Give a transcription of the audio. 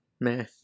meh